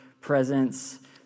presence